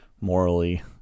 morally